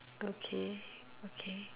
okay okay